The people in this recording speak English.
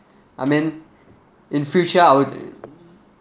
I mean in future I'll